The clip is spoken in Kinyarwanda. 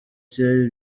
cye